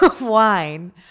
wine